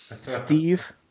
Steve